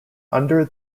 under